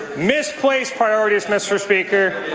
misplaced priorities, mr. speaker.